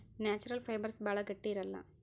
natural fibres ಭಾಳ ಗಟ್ಟಿ ಇರಲ್ಲ